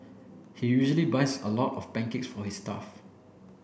he usually buys a lot of pancakes for his staff